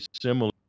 similar